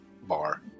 Bar